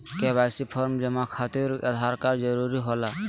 KYC form जमा खातिर Aadhaar card जरूरी होला?